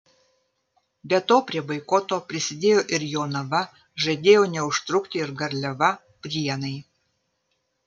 be to prie boikoto prisidėjo ir jonava žadėjo neužtrukti ir garliava prienai